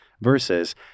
versus